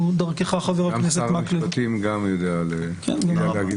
גם שר המשפטים יודע להגיד.